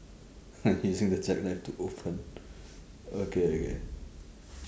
by using the jackknife to open okay okay